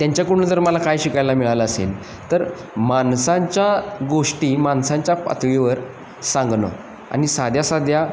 त्यांच्याकडून जर मला काय शिकायला मिळालं असेल तर माणसांच्या गोष्टी माणसांच्या पातळीवर सांगणं आणि साध्या साध्या